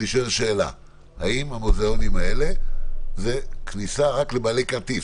האם המוזיאונים האלה זה כניסה רק לבעלי כרטיס,